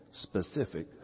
specific